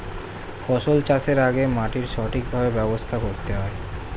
ফসল চাষের আগে মাটির সঠিকভাবে ব্যবস্থা করতে হয়